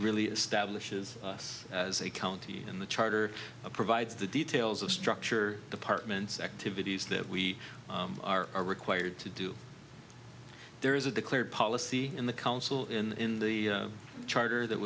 really establishes us as a county in the charter of provides the details of structure departments activities that we are required to do there is a declared policy in the council in the charter that